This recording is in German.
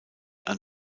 ein